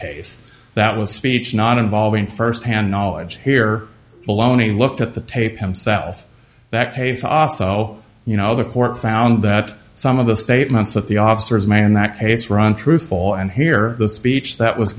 case that was speech not involving first hand knowledge here bologna looked at the tape himself that paves so you know the court found that some of the statements of the officers may in that case run truthful and here the speech that was